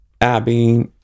abby